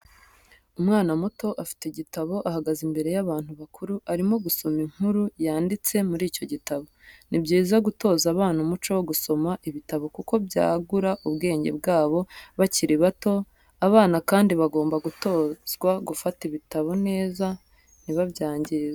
Umwana muto afite igitabo ahagaze imbere y'abantu bakuru arimo gusoma inkuru yanditse muri icyo gitabo. Ni byiza gutoza abana umuco wo gusoma ibitabo kuko byagura ubwenge bwabo bakiri bato, abana kandi bagomba gutozwa gufata ibitabo neza ntibabyangize.